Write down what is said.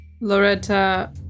Loretta